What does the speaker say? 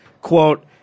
quote